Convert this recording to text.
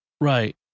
Right